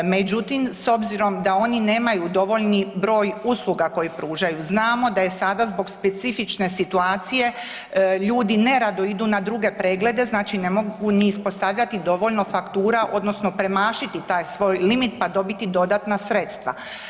Međutim, s obzirom da oni nemaju dovoljni broj usluga koje pružaju znamo da je sada zbog specifične situacije ljudi nerado idu na druge preglede, znači ne mogu ni ispostavljati dovoljno faktura odnosno premašiti taj svoj limit pa dobiti dodatna sredstva.